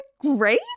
great